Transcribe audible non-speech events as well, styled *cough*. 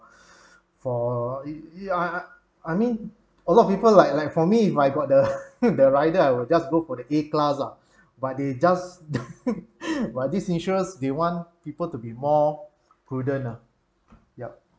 for it yeah I I mean a lot of people like like for me if I got the *laughs* the rider I will just go for the A class ah but they just *laughs* but this insurance they want people to be more prudent ah yup